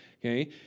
okay